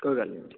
ਕੋਈ ਗੱਲ ਨਹੀਂ ਜੀ